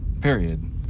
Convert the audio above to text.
period